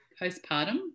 postpartum